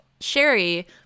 Sherry